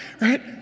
right